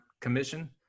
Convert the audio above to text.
commission